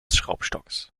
schraubstocks